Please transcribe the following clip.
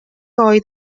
oed